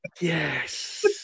Yes